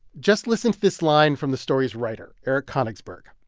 just listen to this line from the story's writer, eric konigsberg.